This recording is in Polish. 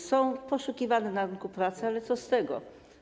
Są poszukiwane na rynku pracy, ale co z tego?